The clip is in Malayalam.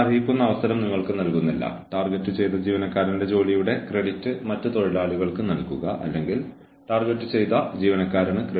നിങ്ങൾക്കറിയാമോ തീർച്ചയായും അതിന്റെ സാമ്പത്തിക വശം ഒരു പുതിയ ജീവനക്കാരനെ നിയമിക്കുന്നതിനുള്ള ചെലവ് വളരെ ഉയർന്നതായിരിക്കും